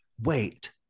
wait